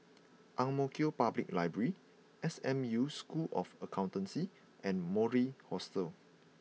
Ang Mo Kio Public Library S M U School of Accountancy and Mori Hostel